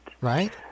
Right